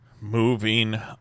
Moving